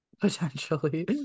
potentially